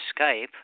Skype